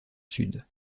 sud